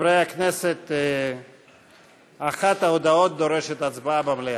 חברי הכנסת, אחת ההודעות דורשת הצבעה במליאה.